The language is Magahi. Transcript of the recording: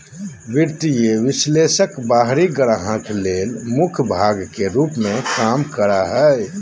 वित्तीय विश्लेषक बाहरी ग्राहक ले मुख्य भाग के रूप में काम करा हइ